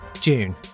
june